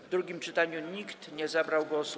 W drugim czytaniu nikt nie zabrał głosu.